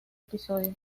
episodio